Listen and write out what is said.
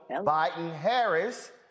Biden-Harris